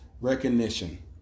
Recognition